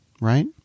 right